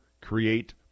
create